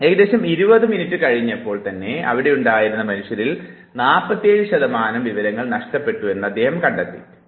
ഏകദേശം 20 മിനിറ്റ് കഴിഞ്ഞപ്പോൾ തന്നെ അവിടെ ഉണ്ടായിരുന്ന മനുഷ്യരിൽ 47 ശതമാനം വിവരങ്ങൾ നഷ്ടപ്പെട്ടു എന്നത് അദ്ദേഹം കണ്ടെത്തുകയുണ്ടായി